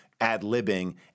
ad-libbing